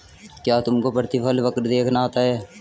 क्या तुमको प्रतिफल वक्र देखना आता है?